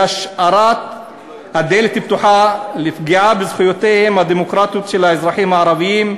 היא השארת דלת פתוחה לפגיעה בזכויותיהם הדמוקרטיות של האזרחים הערבים,